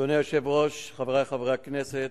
1. אדוני היושב-ראש, חברי חברי הכנסת,